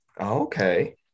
Okay